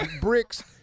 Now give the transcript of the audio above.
bricks